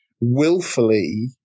willfully